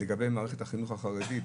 לגבי מערכת החינוך החרדית,